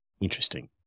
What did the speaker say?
Interesting